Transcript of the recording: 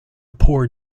poor